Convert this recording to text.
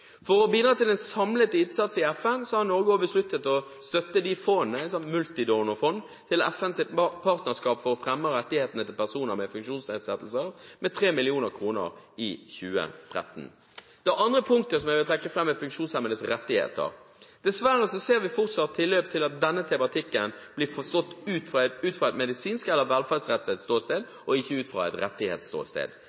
For å bidra til en samlet innsats i FN har Norge besluttet å støtte de fondene, et multidonorfond, til FNs partnerskap for å fremme rettighetene til personer med funksjonsnedsettelser, med 3 mill. kr i 2013. Det andre punktet som jeg vil trekke fram, er funksjonshemmedes rettigheter. Dessverre ser vi fortsatt tilløp til at denne tematikken blir forstått ut fra et medisinsk eller velferdsrettet ståsted,